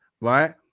Right